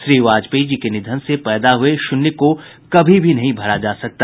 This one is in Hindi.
श्री वाजपेयी जी के निधन से पैदा हुए शून्य को कभी भी नहीं भरा जा सकता